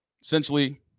essentially